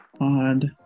odd